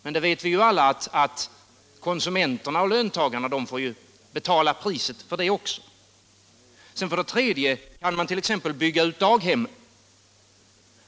Men vi vet alla att konsumenterna och löntagarna får betala priset. För det tredje kan man bygga ut daghemmen.